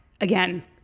again